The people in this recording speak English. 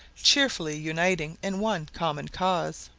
cheerfully uniting in one common cause.